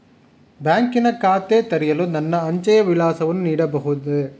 ಬ್ಯಾಂಕಿನ ಖಾತೆ ತೆರೆಯಲು ನನ್ನ ಅಂಚೆಯ ವಿಳಾಸವನ್ನು ನೀಡಬಹುದೇ?